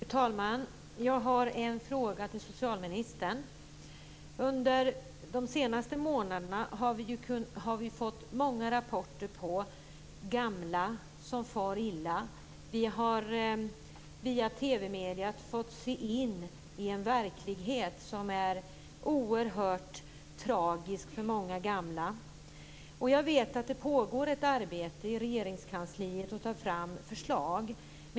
Fru talman! Jag har en fråga till socialministern. Under de senaste månaderna har vi fått många rapporter om gamla som far illa. Vi har via TV-mediet fått insyn i en verklighet som är oerhört tragisk för många gamla. Jag vet att ett arbete pågår i Regeringskansliet med att ta fram förslag.